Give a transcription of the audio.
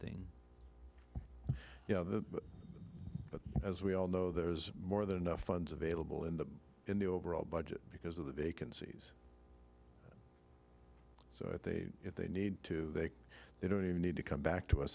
thing but as we all know there was more than enough funds available in the in the overall budget because of the vacancies so if they need to they they don't even need to come back to a